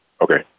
Okay